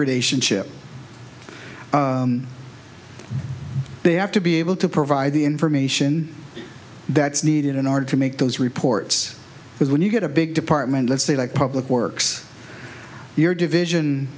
relationship they have to be able to provide the information that's needed in order to make those reports because when you get a big department let's say like public works your division